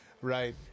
Right